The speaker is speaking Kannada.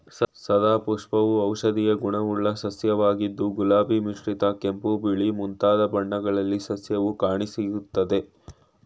ಸದಾಪುಷ್ಪವು ಔಷಧೀಯ ಗುಣವುಳ್ಳ ಸಸ್ಯವಾಗಿದ್ದು ಗುಲಾಬಿ ಮಿಶ್ರಿತ ಕೆಂಪು ಬಿಳಿ ಮುಂತಾದ ಬಣ್ಣಗಳಲ್ಲಿ ಸಸ್ಯವು ಕಾಣಸಿಗ್ತದೆ